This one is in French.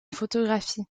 photographie